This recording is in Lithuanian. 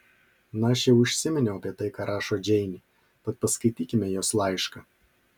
na aš jau užsiminiau apie tai ką rašo džeinė tad paskaitykime jos laišką